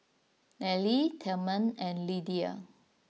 Ally Tilman and Lidia